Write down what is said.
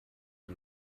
die